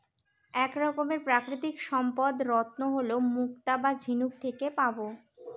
এক রকমের প্রাকৃতিক সম্পদ রত্ন হল মুক্তা যা ঝিনুক থেকে পাবো